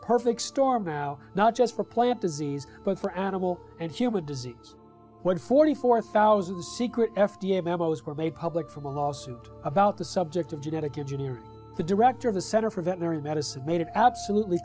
perfect storm now not just for plant disease but for animal and human disease when forty four thousand secret f d m those were made public from a lawsuit about the subject of genetic engineering the director of the center for veterinary medicine made it absolutely